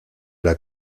era